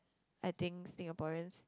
I think Singaporeans